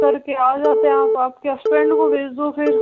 पर क्या आ जाते आप आपके हसबेंड को भेज दो फिर